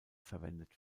verwendet